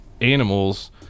animals